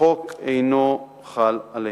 החוק אינו חל עליהם.